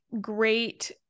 great